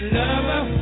lover